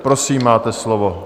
Prosím, máte slovo.